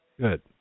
Good